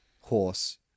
Horse